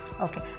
okay